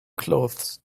clothes